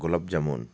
গোলাপ জামুন